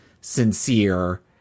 sincere